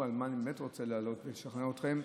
מה אני באמת רוצה להעלות ולשכנע אתכם.